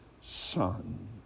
Son